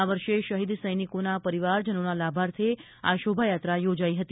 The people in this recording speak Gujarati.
આ વર્ષે શહીદ સૈનિકોના પરિવારજનોના લાભાર્થે આ શોભાયાત્રા યોજાઈ હતી